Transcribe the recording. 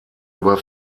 über